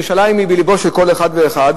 ירושלים היא בלבו של כל אחד ואחד,